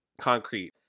concrete